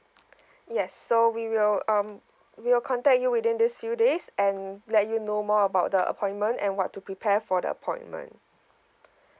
yes so we will um we'll contact you within these few days and let you know more about the appointment and what to prepare for the appointment